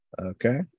Okay